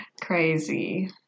crazy